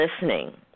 listening